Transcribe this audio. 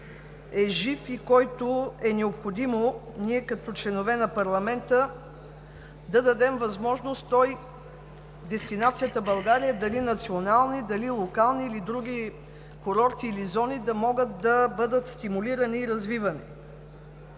е жив и който е необходимо ние като членове на парламента да дадем възможност да се подкрепя. Дестинацията България – дали национални, дали локални, или други курорти или зони да може да бъдат стимулирани и развивани.